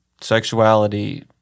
sexuality